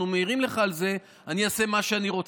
מעירים לך על זה: אני אעשה מה שאני רוצה.